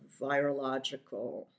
virological